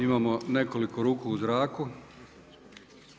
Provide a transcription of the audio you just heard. Imamo nekoliko ruku u zraku.